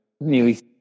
nearly